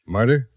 Murder